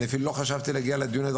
אני אפילו לא חשבתי להגיע לדיון הזה,